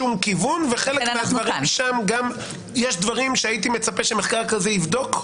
לא נותן אינדיקציה לשום כיוון ויש דברים שהייתי מצפה שמחקר כזה יבדוק.